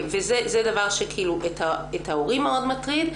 זה דבר שאת ההורים מאוד מטריד.